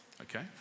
Okay